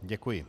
Děkuji.